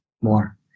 more